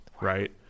right